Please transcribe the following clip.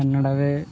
ಕನ್ನಡವೇ